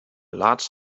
large